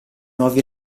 nuovi